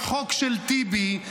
בכל מקרה, זה לא חוק של טיבי.